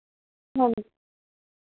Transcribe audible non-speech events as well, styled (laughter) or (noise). (unintelligible)